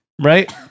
right